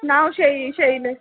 नांव शै शैले